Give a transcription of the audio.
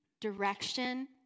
direction